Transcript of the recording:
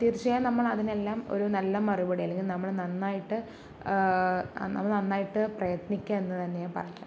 തീർച്ചയായും നമ്മൾ അതിനെല്ലാം ഒരു നല്ല മറുപടി അല്ലെങ്കിൽ നമ്മൾ നന്നായിട്ട് നമ്മൾ നന്നായിട്ട് പ്രയത്നിക്കുക എന്ന് തന്നെ ഞാൻ പറയും